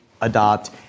adopt